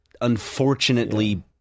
unfortunately